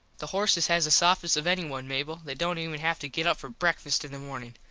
the horses has the softest of anyone, mable. they dont even have to get up for breakfast in the morning.